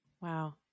Wow